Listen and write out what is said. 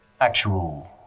actual